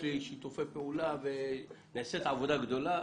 יש לי שיתופי פעולה ונעשית עבודה גדולה,